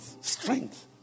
strength